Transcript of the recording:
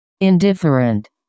indifferent